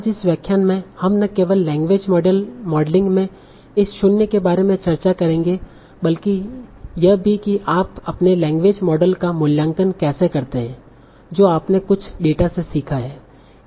आज इस व्याख्यान में हम न केवल लैंग्वेज मॉडलिंग में इस शून्य के बारे में चर्चा करेंगे बल्कि यह भी कि आप अपने लैंग्वेज मॉडल का मूल्यांकन कैसे करते हैं जो आपने कुछ डेटा से सीखा है